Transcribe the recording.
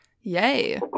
Yay